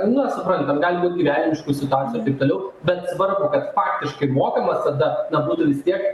na suprantam gali būt gyvenimiškų situacijų ir taip toliau bet svarbu kad faktiškai mokamas tada na būtų vis tiek